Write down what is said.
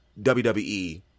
WWE